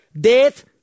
Death